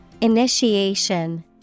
Initiation